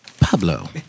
Pablo